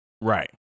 Right